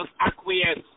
acquiesce